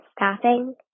stopping